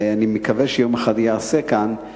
ואני מקווה שיום אחד ייעשה כאן,